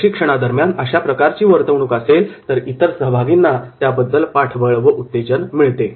प्रशिक्षणादरम्यान अशा प्रकारची वर्तवणूक असेल तर इतर सहभागींना याबद्दल पाठबळ व उत्तेजन मिळते